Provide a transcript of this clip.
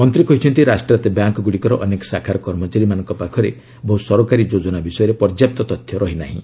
ମନ୍ତ୍ରୀ କହିଛନ୍ତି ରାଷ୍ଟ୍ରାୟତ୍ତ ବ୍ୟାଙ୍କଗୁଡ଼ିକର ଅନେକ ଶାଖାର କର୍ମଚାରୀମାନଙ୍କ ପାଖରେ ବହୁ ସରକାରୀ ଯୋଜନା ବିଷୟରେ ପଯ୍ୟାପ୍ତ ତଥ୍ୟ ନାହିଁ